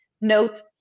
note